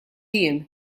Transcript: ijiem